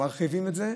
מרחיבים את זה,